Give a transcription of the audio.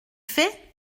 faits